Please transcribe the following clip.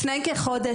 לפני כחודש,